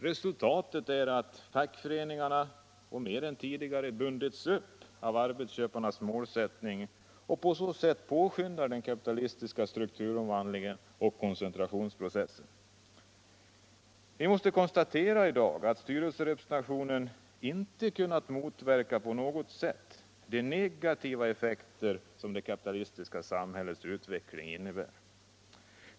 Resultatet är att fackföreningarna mer än tidigare bundits upp till arbetsköparnas målsättningar och på så sätt påskyndar den kapitalistiska strukturomvandlingen och koncentrationsprocessen. Vi måste konstatera i dag att styrelserepresentationen inte på något sätt kunnat motverka de negativa effekter som det kapitalistiska samhällets utveckling innebär.